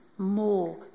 more